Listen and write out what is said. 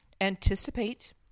anticipate